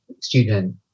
student